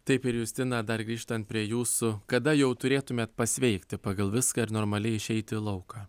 taip ir justina dar grįžtant prie jūsų kada jau turėtumėt pasveikti pagal viską normaliai išeiti į lauką